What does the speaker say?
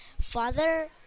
Father